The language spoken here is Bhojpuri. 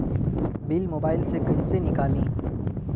बिल मोबाइल से कईसे निकाली?